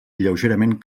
lleugerament